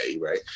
Right